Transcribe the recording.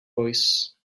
voice